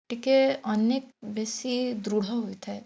ଟିକିଏ ଅନେକ ବେଶୀ ଦୃଢ଼ ହୋଇଥାଏ